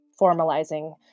formalizing